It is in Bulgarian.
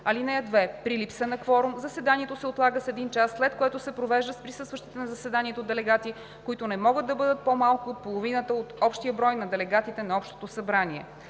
(2) При липса на кворум заседанието се отлага с един час, след което се провежда с присъстващите на заседанието делегати, които не могат да бъдат по-малко от половината от общия брой на делегатите на общото събрание.“